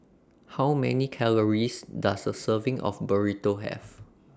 How Many Calories Does A Serving of Burrito Have